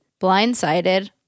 blindsided